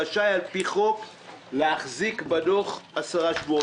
רשאי על פי חוק להחזיק בדוח עשרה שבועות.